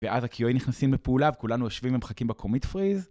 ואז הQA נכנסים לפעולה וכולנו יושבים ומחכים בקומיט פריז